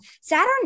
Saturn